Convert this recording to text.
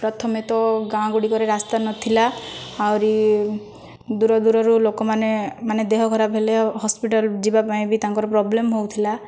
ପ୍ରଥମେ ତ ଗାଁଗୁଡ଼ିକରେ ରାସ୍ତା ନଥିଲା ଆହୁରି ଦୂର ଦୂରରୁ ଲୋକମାନେ ମାନେ ଦେହ ଖରାପ ହେଲେ ହସ୍ପିଟାଲ ଯିବା ପାଇଁ ବି ତାଙ୍କର ପ୍ରୋବ୍ଲେମ୍ ହେଉଥିଲା